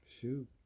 Shoot